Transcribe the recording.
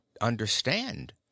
understand